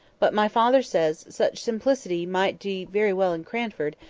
but my father says such simplicity might be very well in cranford,